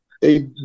hey